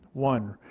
one.